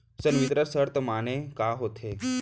संवितरण शर्त माने का होथे?